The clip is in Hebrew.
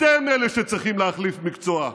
אתם אלה שצריכים להחליף מקצוע.